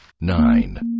Nine